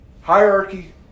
Hierarchy